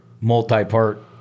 multi-part